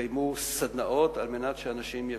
יקיימו סדנאות על מנת שאנשים יבינו.